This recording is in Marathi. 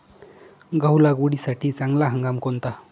गहू लागवडीसाठी चांगला हंगाम कोणता?